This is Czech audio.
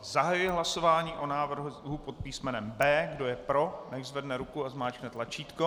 Zahajuji hlasování o návrhu pod písmenem B. Kdo je pro, nechť zvedne ruku a zmáčkne tlačítko.